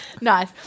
nice